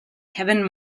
kevin